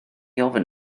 ofyn